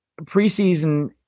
preseason